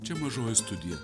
čia mažoji studija